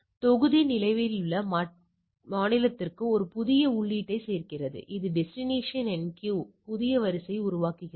எனவே தொகுதி நிலுவையில் உள்ள மாநிலத்திற்கு ஒரு புதிய உள்ளீட்டைச் சேர்க்கிறது இது டெஸ்டினேஷன் என்கியூவில் புதிய வரிசையை உருவாக்குகிறது